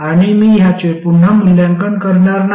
आणि मी ह्याचे पुन्हा मूल्यांकन करणार नाही